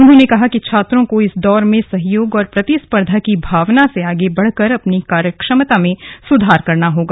उन्होंने कहा कि छात्रों को इस दौर में सहयोग और प्रतिस्पर्धा की भावना से आगे बढ़कर अपनी कार्यक्षमता में सुधार करना होगा